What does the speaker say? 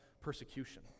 persecution